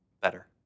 better